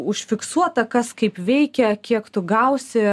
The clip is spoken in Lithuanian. užfiksuota kas kaip veikia kiek tu gausi